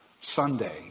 Sunday